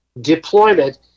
deployment